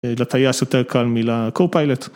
לטייס יותר קל מלקופיילוט.